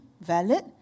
valid